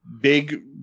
big